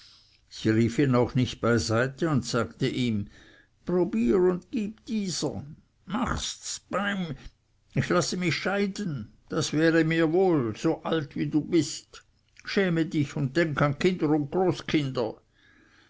rief ihn auch nicht beiseite und sagte ihm probier und gib dieser machsts beim ich lasse mich scheiden das wäre mir wohl so alt wie du bist schäm dich und denk an kinder und